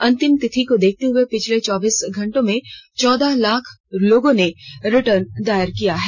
अंतिम तिथि को देखते हुए पिछले चौबीस घंटों में चौदह लाख लोगों ने रिर्टन दायर किया है